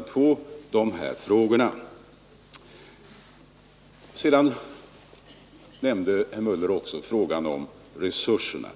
på dessa frågor. Herr Möller nämnde också resurserna.